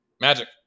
Magic